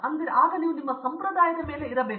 ನಾವು ನಿಮ್ಮ ಸಂಪ್ರದಾಯದ ಮೇಲೆ ಇರಬೇಕು